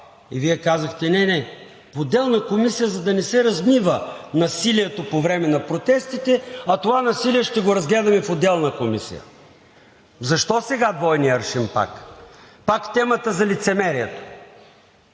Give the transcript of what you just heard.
а Вие, казахте: „Не, не в отделна комисия, за да не се размива насилието по време на протестите, а това насилие ще го разгледаме в отделна комисия“. Защо сега пак двойният аршин. Пак темата за лицемерието.